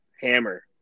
hammer